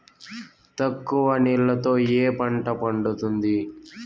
తక్కువ నీళ్లతో ఏ పంట పండుతుంది?